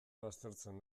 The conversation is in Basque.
baztertzen